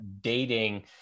dating